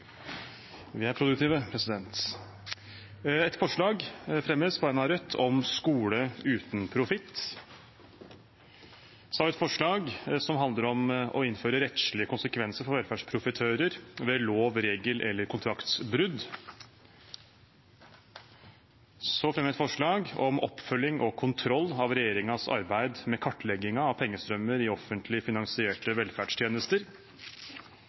Vi er produktive! Jeg fremmer på vegne av Rødt et forslag om skole uten profitt. Vi fremmer et forslag som handler om å innføre rettslige konsekvenser for velferdsprofitører ved lov-, regel- eller kontraktsbrudd. Vi fremmer et forslag om oppfølging og kontroll av regjeringens arbeid med kartlegging av pengestrømmer i offentlig finansierte velferdstjenester.